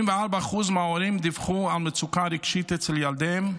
84% מההוריים דיווחו על מצוקה רגשית אצל ילדיהם.